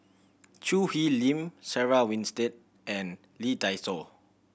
Choo Hwee Lim Sarah Winstedt and Lee Dai Soh